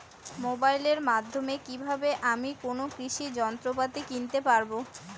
মোবাইলের মাধ্যমে কীভাবে আমি কোনো কৃষি যন্ত্রপাতি কিনতে পারবো?